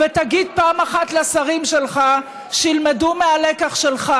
ותגיד פעם אחת לשרים שלך שילמדו מהלקח שלך.